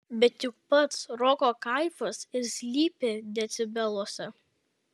bet juk pats roko kaifas ir slypi decibeluose